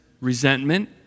resentment